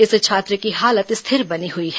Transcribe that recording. इस छात्र की हालत स्थिर बनी हई है